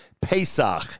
Pesach